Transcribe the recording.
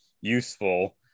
useful